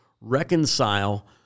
reconcile